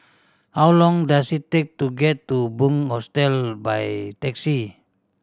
how long does it take to get to Bunc Hostel by taxi